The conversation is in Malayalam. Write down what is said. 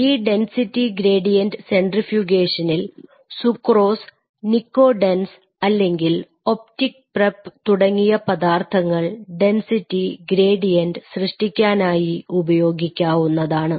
ഈ ഡെൻസിറ്റി ഗ്രേഡിയന്റ് സെൻട്രിഫ്യൂഗേഷനിൽ സുക്രോസ് നിക്കോ ഡെൻസ് അല്ലെങ്കിൽ ഒപ്റ്റിക് പ്രെപ് തുടങ്ങിയ പദാർത്ഥങ്ങൾ ഡെൻസിറ്റി ഗ്രേഡിയന്റ് സൃഷ്ടിക്കാനായി ഉപയോഗിക്കാവുന്നതാണ്